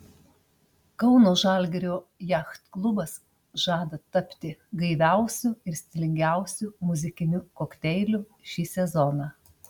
kauno žalgirio jachtklubas žada tapti gaiviausiu ir stilingiausiu muzikiniu kokteiliu šį sezoną